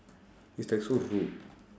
it's like so rude